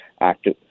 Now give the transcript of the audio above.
active—